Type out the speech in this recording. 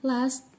Last